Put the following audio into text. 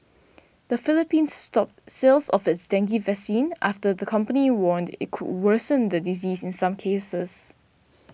the Philippines stopped sales of its dengue vaccine after the company warned it could worsen the disease in some cases